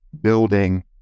building